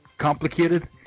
complicated